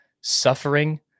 suffering